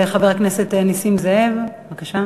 חבר הכנסת נסים זאב, בבקשה.